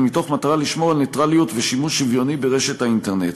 ומתוך מטרה לשמור על נייטרליות ושימוש שוויוני ברשת האינטרנט.